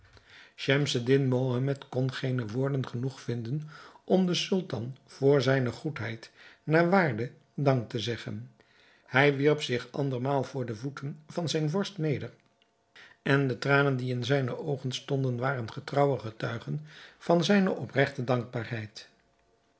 schemseddin mohammed kon geene woorden genoeg vinden om den sultan voor zijne goedheid naar waarde dank te zeggen hij wierp zich andermaal voor de voeten van zijn vorst neder en de tranen die in zijne oogen stonden waren de getrouwe getuigen van zijne opregte dankbaarheid